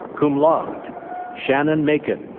cum laude shannon macon,